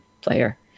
player